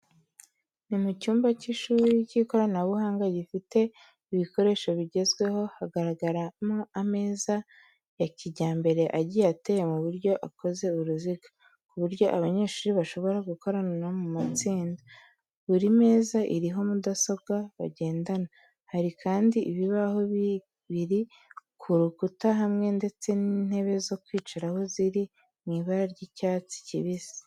Ni mu cyumba cy’ishuri cy’ikoranabuhanga gifite ibikoresho bigezweho. Haragaragaramo ameza ya kijyambere agiye ateye mu buryo akoze uruziga, ku buryo abanyeshuri bashobora gukorana mu matsinda. Buri meza iriho mudasobwa bagendana. Hari kandi ibibaho bibiri ku rukuta hamwe ndetse n'intebe zo kwicaraho ziri mu ibara ry'icyatsi kibisi.